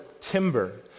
timber